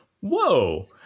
whoa